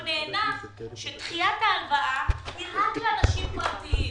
הוא נענה שדחיית ההלוואה היא רק לאנשים פרטיים,